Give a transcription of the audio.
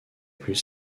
plus